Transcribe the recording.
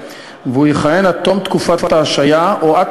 והוא יכהן עד תום תקופת ההשעיה או עד